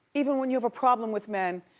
even when you have a problem with men,